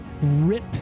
rip